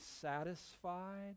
satisfied